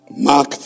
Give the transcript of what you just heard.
Mark